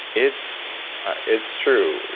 it's it's true.